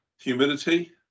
Humidity